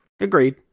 Agreed